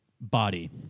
body